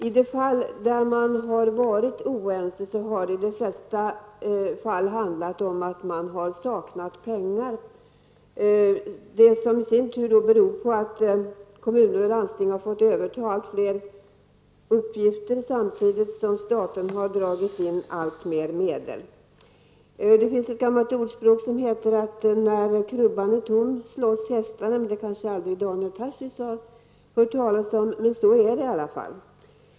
I de fall där man har varit oense har det mest handlat om att man har saknat pengar, något som i sin tur beror på att kommuner och landsting har fått överta allt fler uppgifter, samtidigt som staten har dragit in alltmer medel. Det finns ett gamalt ordspråk som säger att när krubban är tom bits hästarna. Det har kanske Daniel Tarschys aldrig hört talas om, men så är det i alla fall.